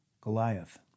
Goliath